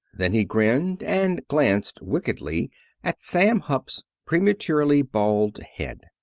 then he grinned, and glanced wickedly at sam hupp's prematurely bald head.